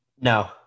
No